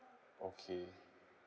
okay